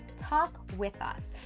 talk with us.